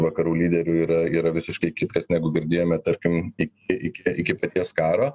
vakarų lyderių yra yra visiškai kitkas negu girdėjome tarkim iki iki iki paties karo